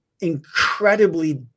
incredibly